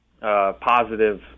positive